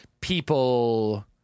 people